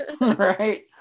right